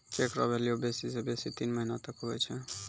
cheque रो value बेसी से बेसी तीन महीना तक हुवै छै